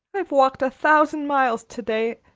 i've walked a thousand miles to-day,